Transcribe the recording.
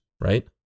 right